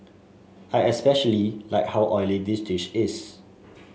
I especially like how oily the dish is